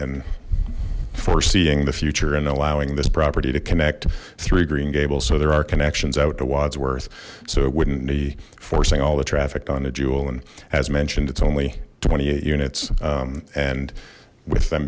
and foreseeing the future and allowing this property to connect three green gables so there are connections out to wodsworth so it wouldn't be forcing all the traffic on the jewel and as mentioned it's only twenty eight units and with them